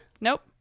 Nope